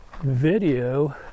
video